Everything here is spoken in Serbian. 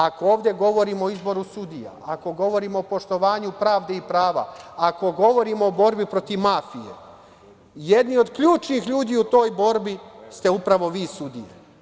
Ako ovde govorimo o izboru sudija, ako govorimo o poštovanju pravde i prava, ako govorimo o borbi protiv mafije, jedni od ključnih ljudi u toj borbi ste upravo vi sudije.